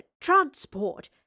transport